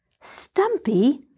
Stumpy